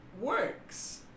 works